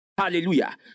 Hallelujah